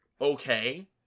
okay